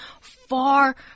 far